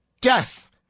death